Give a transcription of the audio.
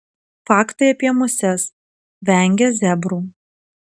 faktai apie muses vengia zebrų